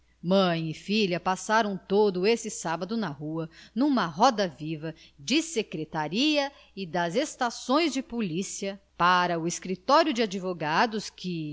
mãe e filha passaram todo esse sábado na rua numa roda viva da secretaria e das estações de polícia para o escritório de advogados que